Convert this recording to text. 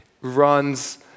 runs